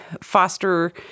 foster